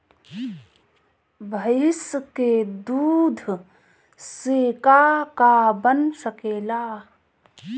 भइस के दूध से का का बन सकेला?